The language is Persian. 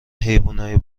حیونای